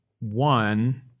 One